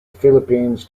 philippines